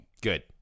Good